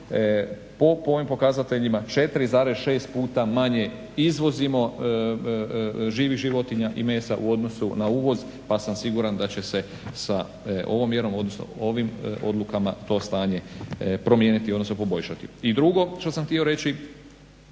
po ovim pokazateljima 4,6 puta manje izvozimo živih životinja i mesa u odnosu na uvoz pa sam siguran da će se sa ovom mjerom, odnosno ovim odlukama to stanje promijeniti, odnosno poboljšati. I drugo što sam htio reći